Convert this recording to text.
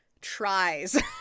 tries